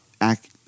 Act